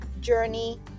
journey